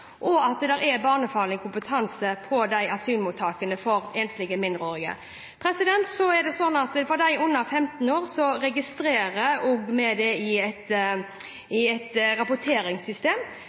og at det er barnefaglig kompetanse på asylmottakene for enslige mindreårige. De under 15 år registrerer vi i et rapporteringssystem.